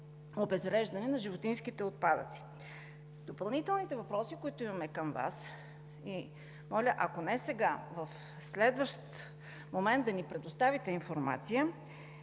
на животинските отпадъци. Допълнителните въпроси, които имаме към Вас, и моля – ако не сега, в следващ момент, да ни предоставите информация